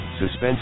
Suspense